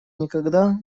никогда